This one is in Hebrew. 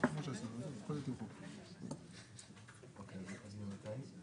אוריד מההסתייגויות פה לתועלת העניין.